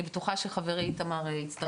אני בטוחה שחברי איתמר יצטרף.